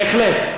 בהחלט.